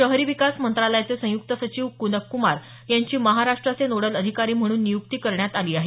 शहरी विकास मंत्रालयाचे संयुक्त सचिव कुनक कुमार यांची महाराष्ट्राचे नोडल अधिकारी म्हणून नियुक्ती करण्यात आली आहे